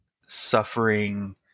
suffering